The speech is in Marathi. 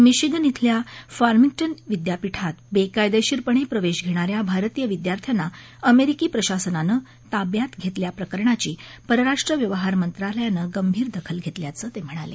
मिशिगन इथल्या फार्मिंगटन विद्यापीठात बेकायदेशीरपणे प्रवेश धेणाऱ्या भारतीय विद्यार्थ्यांना अमेरिकी प्रशासनानं ताब्यात घेतल्या प्रकरणाची पस्राष्ट्र व्यवहार मंत्रालयानं गंभीर दखल घेतल्याचं ते म्हणाले